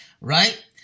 Right